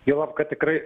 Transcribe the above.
juolab kad tikrai